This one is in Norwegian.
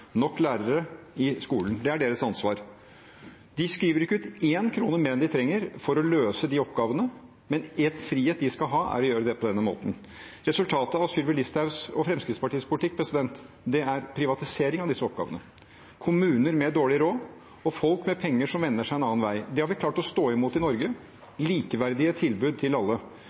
nok lærere i skolen. Det er deres ansvar. De skriver ikke ut én krone mer enn de trenger for å løse de oppgavene, men en frihet de skal ha, er å gjøre det på denne måten. Resultatet av Sylvi Listhaugs og Fremskrittspartiets politikk er privatisering av disse oppgavene – kommuner med dårlig råd og folk med penger som vender seg en annen vei. Det har vi klart å stå imot i Norge, med likeverdige tilbud til alle.